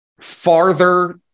farther